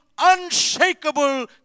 unshakable